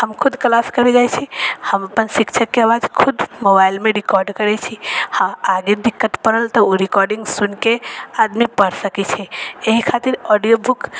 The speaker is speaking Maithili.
खुद क्लास करै जाइ छी हम अपन शिक्षकके आवाज खुद मोबाइलमे रिकॉर्ड करै छी हँ आगे दिक्कत पड़ल तऽ ओ रिकॉर्डिंङ्ग सुनिके आदमी पढ़ि सकै छै एहि खातिर ऑडिओ बुक